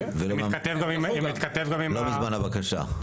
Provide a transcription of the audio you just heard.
לא מזמן הבקשה.